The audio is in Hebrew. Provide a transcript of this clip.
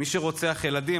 מי שרוצח ילדים,